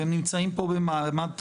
והם נמצאים פה במעמד תייר.